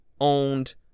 owned